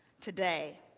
today